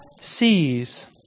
sees